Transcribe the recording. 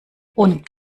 und